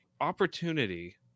opportunity